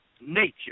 nature